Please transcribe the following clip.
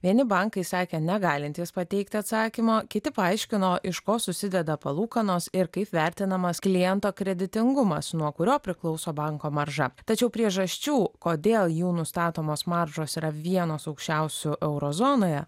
vieni bankai sakė negalintys pateikti atsakymo kiti paaiškino iš ko susideda palūkanos ir kaip vertinamas kliento kreditingumas nuo kurio priklauso banko marža tačiau priežasčių kodėl jų nustatomos maržos yra vienos aukščiausių euro zonoje